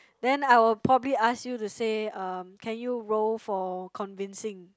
then I'll probably ask you to say um can you roll for convincing